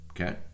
okay